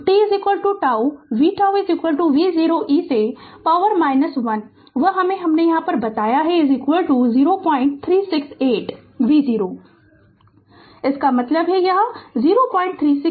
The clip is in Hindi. Refer Slide Time 1252 तो t τ vτ v0 e से पॉवर 1 वह भी हमने बताया 0368 v0 इसका मतलब है यह 0368 v0 सही है